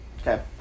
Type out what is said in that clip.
Okay